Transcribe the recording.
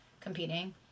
competing